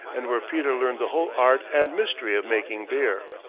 and where peter learned the whole art and mystery of making beer.